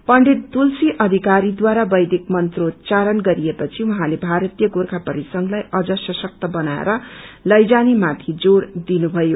पण्डित तुलसी अधिकरीद्वारा वैदिक मंत्रोच्चाारण गरिएपछि उहाँले भारतीय गोर्खा परिसंघलााई अझ सशक्त बनाएर लैजानेमाथि जोड़ दिनुभयो